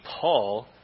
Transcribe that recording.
Paul